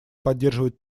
поддерживать